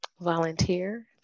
volunteer